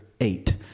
eight